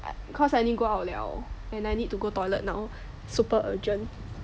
cause I need go out liao and I need to go toilet now super urgent